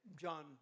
John